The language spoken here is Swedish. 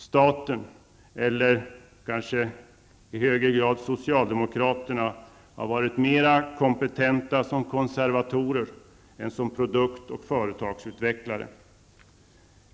Staten -- kanske i högre grad socialdemokraterna -- har varit mera kompetenta som konservatorer än som produktoch företagsutvecklare.